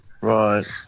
right